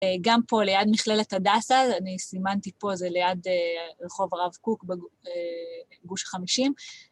גם פה ליד מכללת הדסה, אני סימנתי פה, זה ליד רחוב הרב קוק בג... אה... בגוש 50.